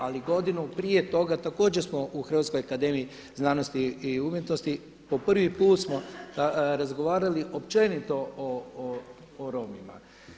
Ali godinu prije toga također smo u Hrvatskoj akademiji znanosti i umjetnosti po prvi put smo razgovarali općenito o Romima.